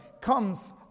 comes